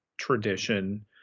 tradition